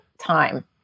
time